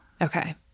Okay